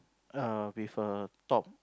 err with a top